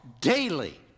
daily